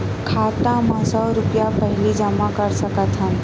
खाता मा सौ रुपिया पहिली जमा कर सकथन?